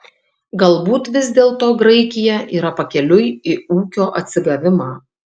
galbūt vis dėlto graikija yra pakeliui į ūkio atsigavimą